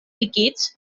decades